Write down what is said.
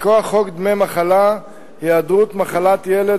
מכוח חוק דמי מחלה (היעדרות בשל מחלת ילד),